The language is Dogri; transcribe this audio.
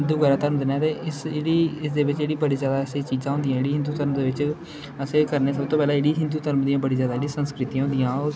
हिंदू बगैरा धर्म दे न ते इस जेह्ड़ी इस दे बिच्च जेह्ड़ी बड़ी जैदा ऐसी चीजां होंदियां जेह्ड़ियां हिंदू घर्म दे बिच्च अस केह् करने सब्भ तू पैह्लें जेह्ड़ी हिंदू घर्म दियां बड़ी जैदा जेह्ड़ी संस्कृतियां होंदियां ओह्